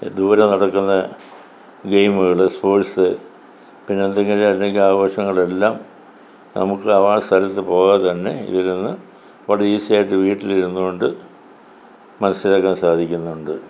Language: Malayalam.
ദൂരെ നടക്കുന്ന ഗെയിമുകൾ സ്പോർട്സ് പിന്നെ എന്തെങ്കിലും അല്ലെങ്കിൽ ആഘോഷങ്ങളെല്ലാം നമുക്ക് അതാത് സ്ഥലത്ത് പോകാതെ തന്നെ ഇരുന്ന് വളരെ ഈസി ആയിട്ട് വീട്ടിൽ ഇരുന്ന് കൊണ്ട് മനസിലാക്കാൻ സാധിക്കുന്നുണ്ട്